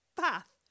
path